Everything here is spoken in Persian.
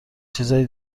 چیزای